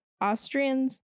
Austrians